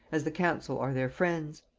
as the council are their friends.